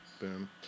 Boom